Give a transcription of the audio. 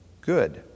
good